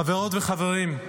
חברות וחברים,